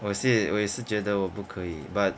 我也是我也是觉得我不可以 but